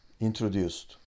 introduced